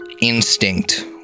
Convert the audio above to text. instinct